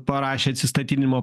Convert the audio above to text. parašė atsistatydinimo